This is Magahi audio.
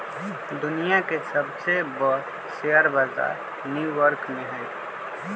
दुनिया के सबसे बर शेयर बजार न्यू यॉर्क में हई